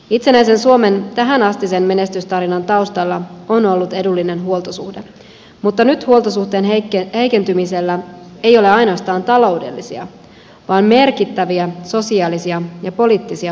itsenäisen suomen tähänastisen menestystarinan taustalla on ollut edullinen huoltosuhde mutta nyt huoltosuhteen heikentymisellä ei ole ainoastaan taloudellisia vaan merkittäviä sosiaalisia ja poliittisia muutoksia